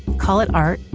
call it art,